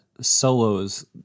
solos